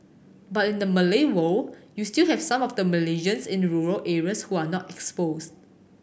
but in the Malay world you still have some of the Malaysians in rural areas who are not exposed